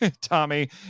Tommy